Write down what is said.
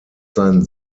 sein